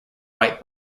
white